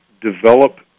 develop